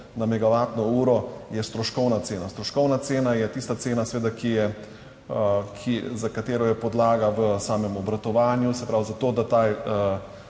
na megavatno uro je stroškovna cena. Stroškovna cena je tista cena seveda, ki je, za katero je podlaga v samem obratovanju, se pravi za to, da ta